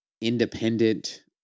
independent